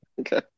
okay